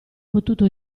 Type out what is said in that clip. potuto